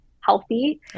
healthy